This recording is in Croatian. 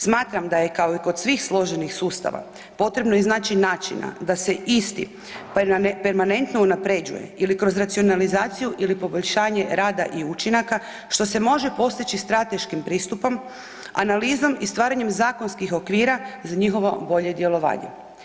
Smatram da je kao i kod svih složenih sustava potrebno iznaći načina da se isti permanentno unapređuje ili kroz racionalizaciju ili poboljšanje rada i učinaka što se može postići strateškim pristupom, analizom i stvaranjem zakonskih okvira za njihovo bolje djelovanje.